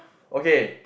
okay